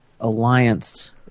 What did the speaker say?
alliance